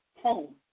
home